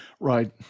Right